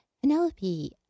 Penelope